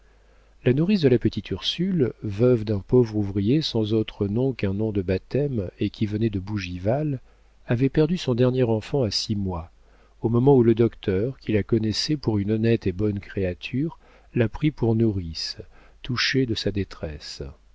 la nourrice de la petite ursule veuve d'un pauvre ouvrier sans autre nom qu'un nom de baptême et qui venait de bougival avait perdu son dernier enfant à six mois au moment où le docteur qui la connaissait pour une honnête et bonne créature la prit pour nourrice touché de sa détresse